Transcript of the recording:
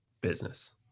business